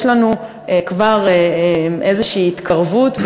יש לנו כבר איזושהי התקרבות,